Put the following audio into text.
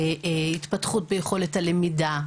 התפתחות ביכולת הלמידה.